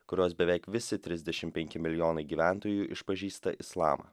kurios beveik visi trisdešimt penki milijonai gyventojų išpažįsta islamą